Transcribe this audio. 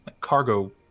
cargo